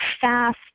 fast